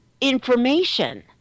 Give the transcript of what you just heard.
information